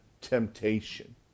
temptation